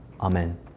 Amen